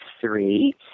three